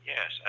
Yes